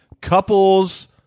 couples